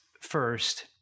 first